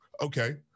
okay